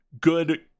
good